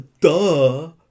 Duh